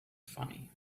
funny